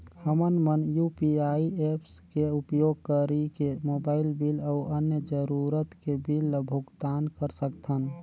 हमन मन UPI apps के उपयोग करिके मोबाइल बिल अऊ अन्य जरूरत के बिल ल भुगतान कर सकथन